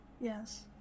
Yes